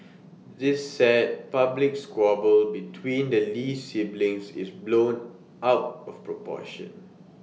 this sad public squabble between the lee siblings is blown out of proportion